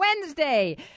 Wednesday